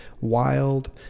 wild